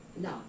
No